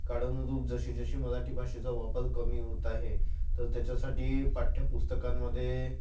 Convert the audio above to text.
काळानुरूप जशीजशी मराठी भाषेचा वापर कमी होत आहे तर तेच्यासाठी पाठ्यपुस्तकांमधे